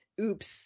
Oops